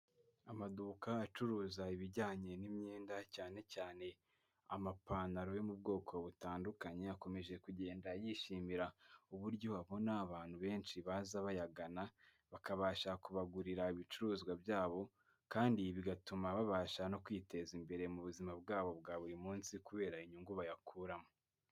Amaduka acuruza ibijyanye n'imyenda cyane cyane amapantaro yo mu bwoko butandukanye akomeje kugenda yishimira uburyo babona abantu benshi baza bayagana bakabasha kubagurira ibicuruzwa byabo kandi bigatuma babasha no kwiteza imbere mu buzima bwabo bwa buri munsi kubera inyungu bayakuramo.